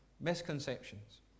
misconceptions